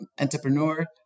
entrepreneur